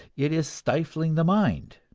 it is stifling the mind.